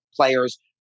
players